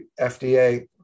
FDA